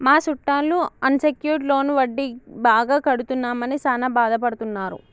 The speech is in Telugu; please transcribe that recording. మా సుట్టాలు అన్ సెక్యూర్ట్ లోను వడ్డీ బాగా కడుతున్నామని సాన బాదపడుతున్నారు